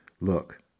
Look